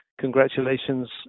congratulations